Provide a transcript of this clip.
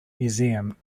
museum